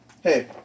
hey